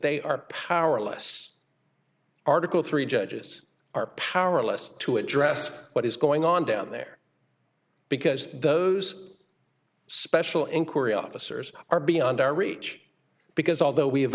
they are powerless article three judges are powerless to address what is going on down there because those special inquiry officers are beyond our reach because although we